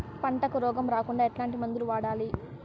పంటకు రోగం రాకుండా ఎట్లాంటి మందులు వాడాలి?